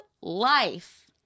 life